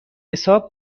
حساب